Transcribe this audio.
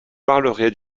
parlerai